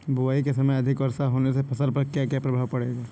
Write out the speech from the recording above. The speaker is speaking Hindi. बुआई के समय अधिक वर्षा होने से फसल पर क्या क्या प्रभाव पड़ेगा?